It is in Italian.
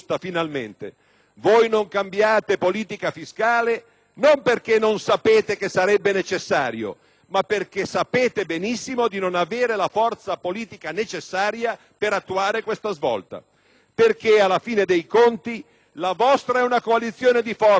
ma perché sapete benissimo di non avere la forza politica necessaria per attuare questa svolta, perché alla fine dei conti la vostra è una coalizione di forze ancora dotata di grandissimo consenso, lo sappiamo, ma nella quale prevale un orientamento conservativo,